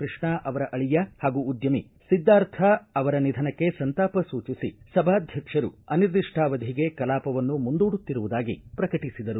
ಕೃಷ್ಣ ಅವರ ಅಳಿಯ ಹಾಗೂ ಉದ್ಯಮಿ ಸಿದ್ದಾರ್ಥ ಅವರ ನಿಧನಕ್ಕೆ ಸಂತಾಪ ಸೂಚಿಸಿ ಸಭಾಧ್ಯಕ್ಷರು ಅನಿರ್ಧಿಷ್ಠಾವಧಿಗೆ ಕಲಾಪವನ್ನು ಮುಂದೂಡುತ್ತಿರುವುದಾಗಿ ಪ್ರಕಟಿಸಿದರು